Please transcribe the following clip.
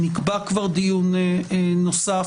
נקבע כבר דיון נוסף,